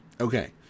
Okay